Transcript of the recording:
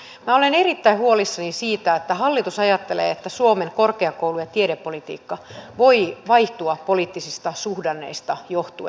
minä olen erittäin huolissani siitä että hallitus ajattelee että suomen korkeakoulu ja tiedepolitiikka voi vaihtua poliittisista suhdanteista johtuen